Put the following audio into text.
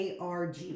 ARG